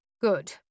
Good